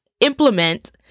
implement